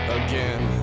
again